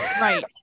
Right